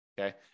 Okay